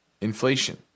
Inflation